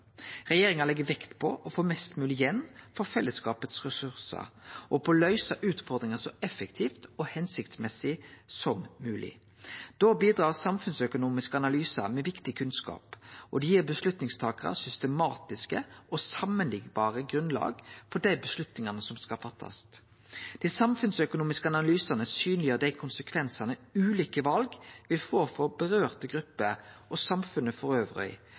Regjeringa legg vekt på å få mest mogleg igjen for ressursane til fellesskapet og på å løyse utfordringar så effektivt og hensiktsmessig som mogleg. Da bidrar samfunnsøkonomiske analysar med viktig kunnskap, og det gir avgjerdstakarar systematiske og samanliknbare grunnlag for dei avgjerdene som skal bli fatta. Dei samfunnsøkonomiske analysane synleggjer dei konsekvensane ulike val vil få for grupper som dei gjeld, og